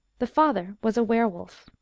the father was a were-wolf.